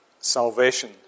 salvation